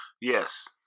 Yes